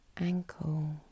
Ankle